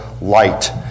light